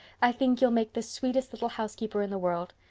i think you'll make the sweetest little housekeeper in the world.